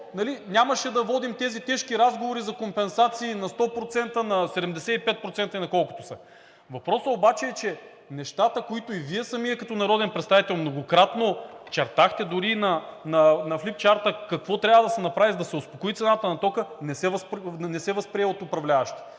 нямаше да водим тези тежки разговори за компенсации на 100%, на 75% и на колкото са. Въпросът обаче е, че нещата, които и Вие самият като народен представител многократно чертахте дори на флипчарта – какво трябва да се направи, за да се успокои цената на тока – не се възприе от управляващите.